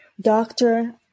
Doctor